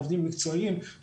עובדים מקצועיים,